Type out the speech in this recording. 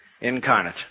incarnate